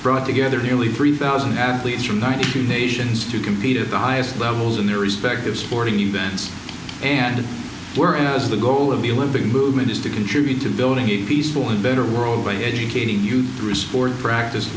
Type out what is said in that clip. brought together nearly three thousand athletes from ninety two nations to compete at the highest levels in their respective sporting events and where as the goal of the living movement is to contribute to building a peaceful and better world by educating you risk or practice